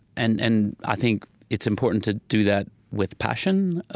and and i think it's important to do that with passion, ah